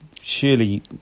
Surely